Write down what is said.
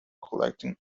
collecting